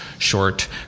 short